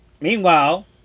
Meanwhile